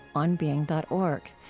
onbeing dot org.